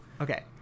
okay